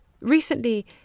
Recently